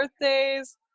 birthdays